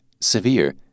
severe